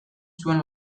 zuen